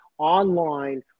online